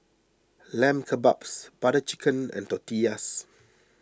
Lamb Kebabs Butter Chicken and Tortillas